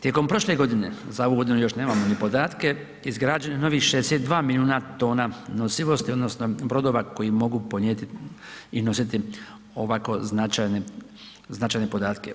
Tijekom prošle godine, za ovu godinu još nemamo ni podatke, izgrađeno je novih 62 milijuna tona nosivosti, odnosno brodova koji mogu podnijeti i nositi ovako značajne podatke.